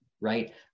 right